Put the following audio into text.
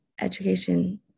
education